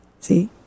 See